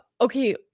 Okay